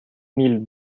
mille